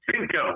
Cinco